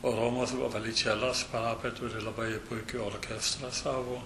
romos voličelos parapija turi labai puikų orkestrą savo